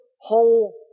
whole